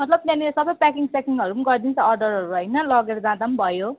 मतलब त्यहाँनिर सबै प्याकिङ स्याकिङहरू नि गरिदिन्छ अर्डरहरू हैन लगेर जाँदा पनि भयो